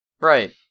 Right